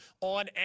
on